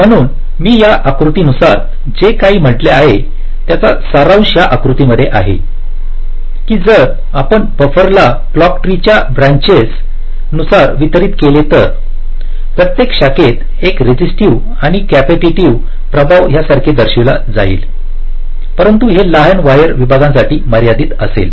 म्हणून मी या आकृत्यानुसार जे काही म्हटले आहे त्याचा सारांश या आकृतीमध्ये आहे की जर आपण बफर ला क्लॉक ट्री च्या ब्रांचेस नुसार वितरित केले तर प्रत्येक शाखेत एक रेझीसटीव्ही आणि कॅपेसिटिव प्रभाव यासारखे दर्शविला जाईल परंतु हे लहान वायर विभागांसाठी मर्यादित असेल